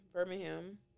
Birmingham